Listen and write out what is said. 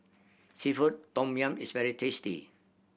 seafood tom yum is very tasty